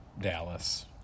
Dallas